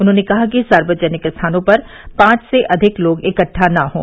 उन्होंने कहा कि सार्वजनिक स्थानों पर पांच से अधिक लोग इकट्ठा न हों